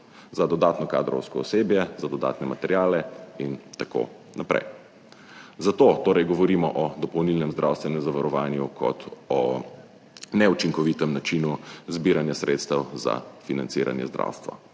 za dodatno kadrovsko osebje, za dodatne materiale in tako naprej. Zato torej govorimo o dopolnilnem zdravstvenem zavarovanju kot o neučinkovitem načinu zbiranja sredstev za financiranje zdravstva.